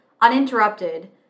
uninterrupted